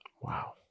Wow